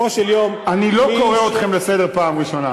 אני לא קורא אתכן לסדר פעם ראשונה.